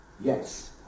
Yes